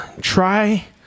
try